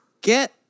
get